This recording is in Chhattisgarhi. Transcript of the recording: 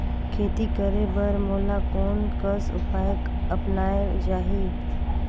खेती करे बर मोला कोन कस उपाय अपनाये चाही?